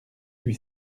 lui